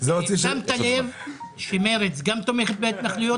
- בקשה מספר 31001, בית הנשיא.